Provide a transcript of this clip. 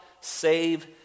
save